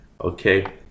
okay